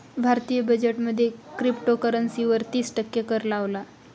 भारतीय बजेट मध्ये क्रिप्टोकरंसी वर तिस टक्के कर लावला